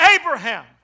Abraham